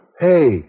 Hey